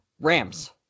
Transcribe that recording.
Rams